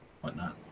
whatnot